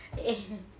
eh eh